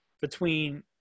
between-